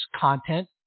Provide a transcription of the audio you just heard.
content